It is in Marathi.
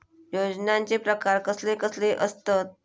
योजनांचे प्रकार कसले कसले असतत?